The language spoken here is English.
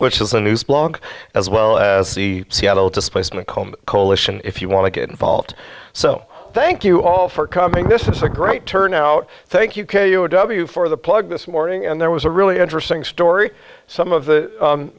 which is the news blog as well as the seattle displacement home coalition if you want to get involved so thank you all for coming this is a great turnout thank you k u a w for the plug this morning and there was a really interesting story some of the